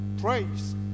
praise